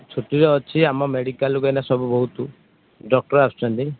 ଛୁଟିରେ ଅଛି ଆମ ମେଡ଼ିକାଲକୁ ଏଇନା ସବୁ ବହୁତ ଡକ୍ଟର ଆସୁଛନ୍ତି